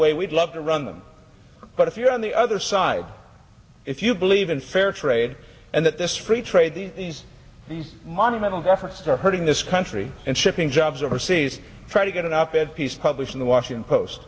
way we'd love to run them but if you're on the other side if you believe in fair trade and that this free trade these these these monumental differences are hurting this country and shipping jobs overseas try to get enough ed piece published in the washington post